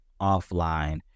offline